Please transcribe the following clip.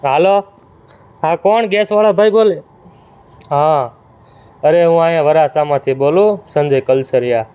હાલો હા કોણ ગેસવાળો ભાઈ બોલે હા અરે હું અહીંયા વરાછામાંથી બોલું સંજય કલસરિયા